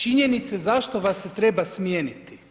Činjenice zašto vas se treba smijeniti.